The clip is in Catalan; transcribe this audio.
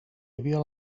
havia